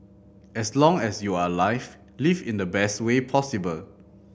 as long as you are alive live in the best way possible